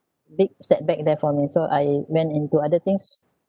big setback there for me so I went into other things